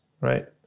right